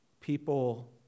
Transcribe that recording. people